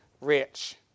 rich